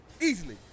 Easily